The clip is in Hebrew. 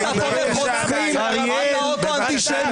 אפס מאופס.